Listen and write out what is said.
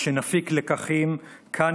שנפיק לקחים כאן,